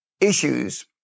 issues